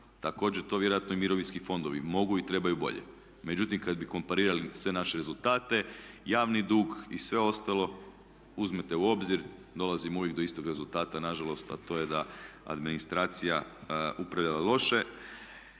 Također to vjerojatno i mirovinski fondovi mogu i trebaju bolje, međutim kad bi komparirali sve naše rezultate javni dug i sve ostalo uzmete u obzir dolazimo uvijek do istog rezultata na žalost, a to je da administracija upravlja loše.